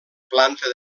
planta